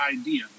idea